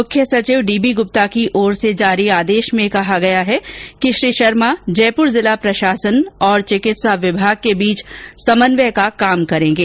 मुख्य सचिव D B Gupta की ओर से जारी आदेश में कहा गया है कि श्री शर्मा जयप्र जिला प्रशासन और चिकित्सा विभाग के बीच समन्वय का काम करेंगे